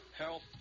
health